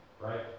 right